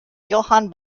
johann